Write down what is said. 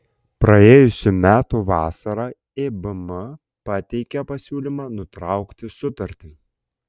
praėjusių metų vasarą ibm pateikė pasiūlymą nutraukti sutartį